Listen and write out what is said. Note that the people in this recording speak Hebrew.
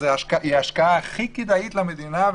זאת ההשקעה הכי כדאית למדינה,